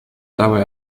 dabei